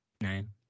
name